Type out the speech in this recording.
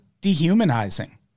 dehumanizing